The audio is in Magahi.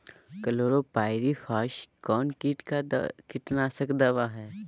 क्लोरोपाइरीफास कौन किट का कीटनाशक दवा है?